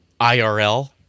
IRL